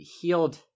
healed